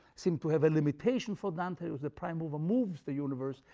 seemed to have a limitation for dante as the prime mover moves the universe,